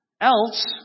Else